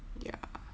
ya